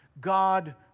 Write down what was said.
God